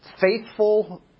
faithful